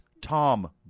Tom